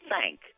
thank